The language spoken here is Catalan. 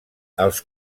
els